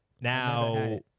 Now